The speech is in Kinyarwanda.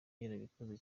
yarabikoze